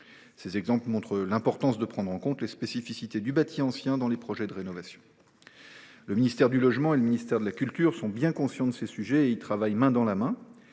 Ces exemples montrent l’importance de prendre en compte les spécificités du bâti ancien dans les projets de rénovation. Les ministères du logement et de la culture sont bien conscients de ces sujets, sur lesquels ils travaillent main dans la main.